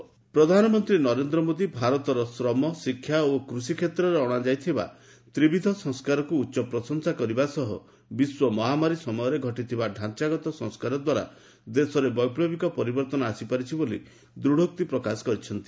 PM invest India ପ୍ରଧାନମନ୍ତ୍ରୀ ନରେନ୍ଦ୍ର ମୋଦୀ ଭାରତର ଶ୍ରମ ଶିକ୍ଷା ଓ କୃଷି କ୍ଷେତ୍ରରେ ଅଣାଯାଇଥିବା ତ୍ରିବିଧ ସଂସ୍କାରକୁ ଉଚ୍ଚ ପ୍ରଶଂସା କରିବା ସହ ବିଶ୍ୱ ମହାମାରୀ ସମୟରେ ଘଟିଥିବା ଢାଞ୍ଚାଗତ ସଂସ୍କାର ଦ୍ୱାରା ଦେଶରେ ବୈପ୍ଲବିକ ପରିବର୍ତ୍ତନ ଆସିପାରିଛି ବୋଲି ଦୃଢ଼ୋକ୍ତି ପ୍ରକାଶ କରିଛନ୍ତି